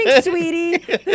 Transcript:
sweetie